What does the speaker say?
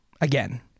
again